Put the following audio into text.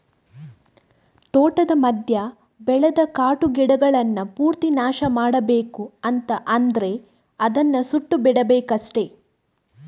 ತೋಟದ ಮಧ್ಯ ಬೆಳೆದ ಕಾಟು ಗಿಡಗಳನ್ನ ಪೂರ್ತಿ ನಾಶ ಮಾಡ್ಬೇಕು ಅಂತ ಆದ್ರೆ ಅದನ್ನ ಸುಟ್ಟು ಹಾಕ್ಬೇಕಷ್ಟೆ